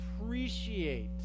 appreciate